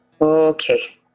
Okay